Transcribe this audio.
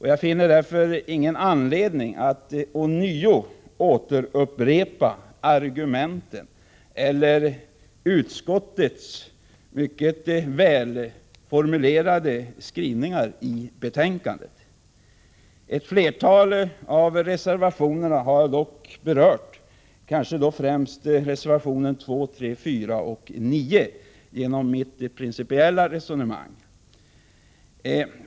Jag finner därför ingen anledning att ånyo upprepa argumenten eller utskottets mycket välformulerade skrivningar i betänkandet. Ett flertal av reservationerna har jag dock berört, främst nr 2, 3, 4 och 9, genom mitt principiella resonemang.